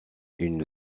une